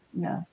Yes